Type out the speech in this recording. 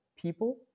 people